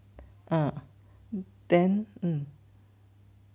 ah then mm